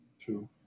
True